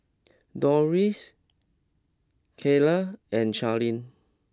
Dorris Kaylie and Charline